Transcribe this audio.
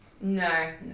no